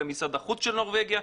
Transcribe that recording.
למשרד החוץ של נורבגיה,